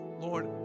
Lord